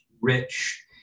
rich